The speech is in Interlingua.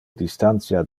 distantia